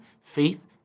Faith